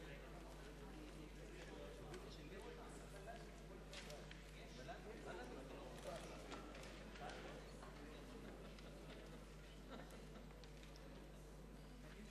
מי נמנע?